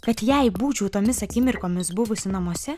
kad jei būčiau tomis akimirkomis buvusi namuose